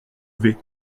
vais